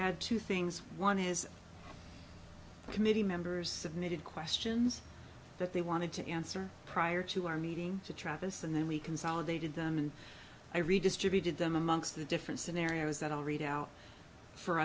add two things one is committee members submitted questions that they wanted to answer prior to our meeting to travis and then we consolidated them and i redistributed them amongst the different scenarios that all read out for